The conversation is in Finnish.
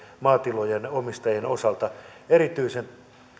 maatilojen omistajien osalta erityisen